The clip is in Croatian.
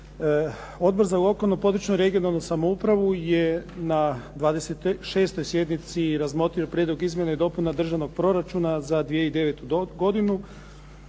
Odbor za lokalnu, područnu (regionalnu) samoupravu je na 26. sjednici razmotrio Prijedlog izmjena i dopuna Državnog proračuna za 2009. godinu.